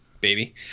Baby